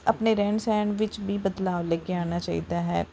ਆਪਣੇ ਰਹਿਣ ਸਹਿਣ ਵਿੱਚ ਵੀ ਬਦਲਾਵ ਲੈ ਕੇ ਆਉਣਾ ਚਾਹੀਦਾ ਹੈ